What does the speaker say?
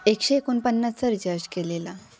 एकशे एकोणपन्नासचा रिचार्ज केलेला